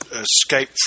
Escape